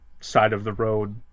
side-of-the-road